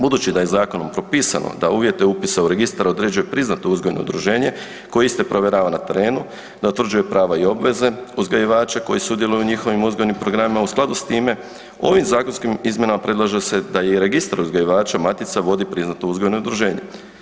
Budući da je zakonom propisano da uvjete upisa u registar određuje priznato uzgojno udruženje koje iste provjerava na terenu, da utvrđuje prava i obveze uzgajivača koji sudjeluju u njihovim uzgojnim programima u skladu s time ovim zakonskim izmjenama predlaže se da i registar uzgajivača matica vodi priznato uzgojno udruženje.